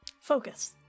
Focus